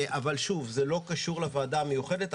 אבל זה לא קשור לוועדה המיוחדת.